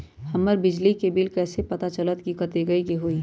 हमर बिजली के बिल कैसे पता चलतै की कतेइक के होई?